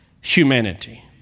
humanity